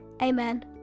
Amen